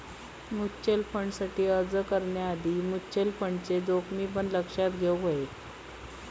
mutual फंडसाठी अर्ज करण्याआधी म्युचल फंडचे जोखमी पण लक्षात घेउक हवे